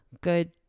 good